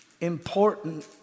important